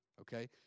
okay